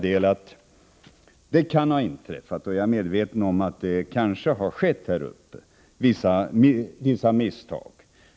Detta kan ha inträffat, och jag är medveten om att det kan ha skett vissa misstag i Norrbottens skärgård.